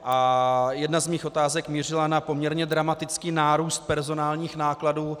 A jedna z mých otázek mířila na poměrně dramatický nárůst personálních nákladů.